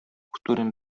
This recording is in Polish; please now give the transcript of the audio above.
którym